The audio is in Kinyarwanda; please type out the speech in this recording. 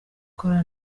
kora